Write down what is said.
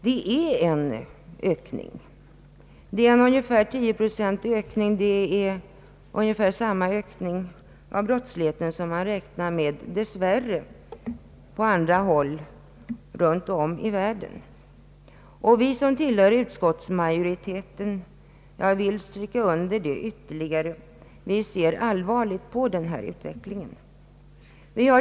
Brottsligheten ökar med cirka tio procent årligen, eller ungefär samma ökning som man dess värre haft på andra håll i världen. Vi som tillhör utskottsmajoriteten — det vill jag särskilt understryka — ser allvarligt på denna utveckling.